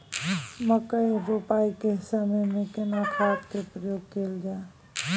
मकई रोपाई के समय में केना खाद के प्रयोग कैल जाय?